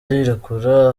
arirekura